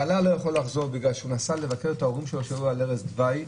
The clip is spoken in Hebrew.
בעלה לא יכול לחזור בגלל שהוא נסע לבקר את ההורים שלו שהיו על ערש דווי.